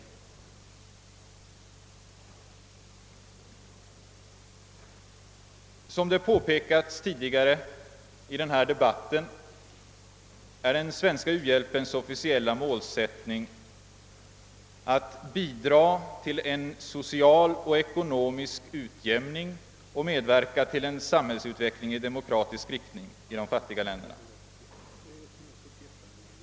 Såsom påpekats tidigare i denna debatt är den svenska hjälpens officiella målsättning att bidra till en social och ekonomisk utjämning och att medverka till en samhällsutveckling i demokratisk riktning i de fattiga länderna.